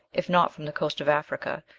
if not from the coast of africa,